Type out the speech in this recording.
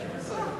נתקבלו.